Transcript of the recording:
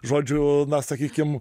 žodžių na sakykim